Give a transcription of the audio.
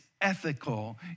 ethical